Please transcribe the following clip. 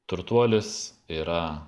turtuolis yra